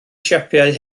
siapau